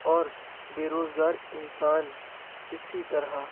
اور بے روزگار انسان اسی طرح